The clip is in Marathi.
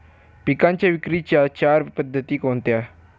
पिकांच्या विक्रीच्या चार पद्धती कोणत्या?